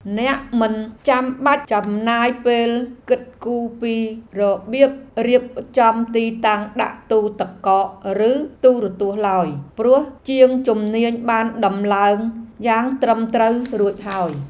អ្នកមិនចាំបាច់ចំណាយពេលគិតគូរពីរបៀបរៀបចំទីតាំងដាក់ទូទឹកកកឬទូរទស្សន៍ឡើយ ព្រោះជាងជំនាញបានដំឡើងយ៉ាងត្រឹមត្រូវរួចហើយ។